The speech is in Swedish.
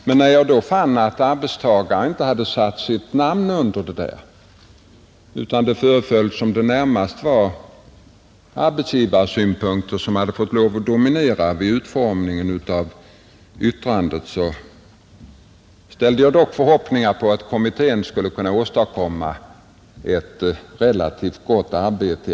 Men när jag fann att arbetstagarrepresentanterna inte hade satt sitt namn under det, utan att, som det föreföll, närmast arbetsgivarsynpunkter hade fått lov att för vissa arbets dominera vid utformningen hoppades jag ändå på att kommittén skall kunna åstadkomma ett relativt gott arbete.